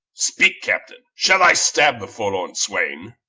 speak captaine, shall i stab the forlorn swain